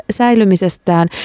säilymisestään